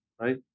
right